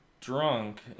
drunk